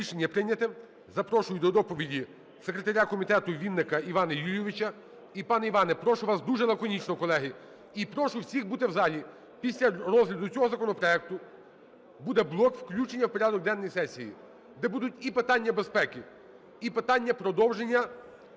Рішення прийнято. Запрошую до доповіді секретаря комітету Вінника Івана Юлійовича. І, пане Іване, прошу вас дуже лаконічно. Колеги, і прошу всіх бути в залі, після розгляду цього законопроекту буде блок включення в порядок денний сесії, де будуть і питання безпеки, і питання продовження